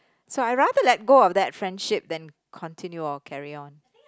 so I rather let go of that friendship than continue or carry on